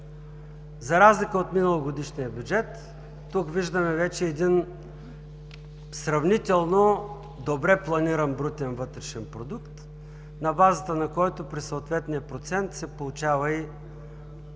За разлика от миналогодишния бюджет, тук виждаме вече един сравнително добре планиран брутен вътрешен продукт, на базата на който при съответния процент се получават и